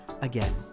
Again